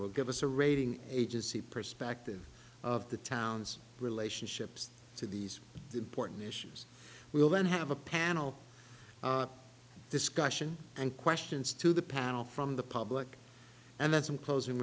will give us a rating agency perspective of the town's relationships to these important issues we will then have a panel discussion and questions to the panel from the public and then some closing